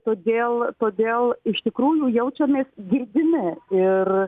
todėl todėl iš tikrųjų jaučiamės girdimi ir